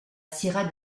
sierra